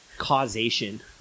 Causation